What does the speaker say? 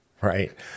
Right